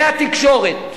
והתקשורת,